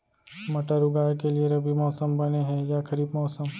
मटर उगाए के लिए रबि मौसम बने हे या खरीफ मौसम?